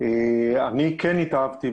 אני כן התאהבתי